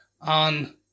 on